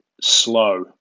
slow